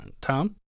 Tom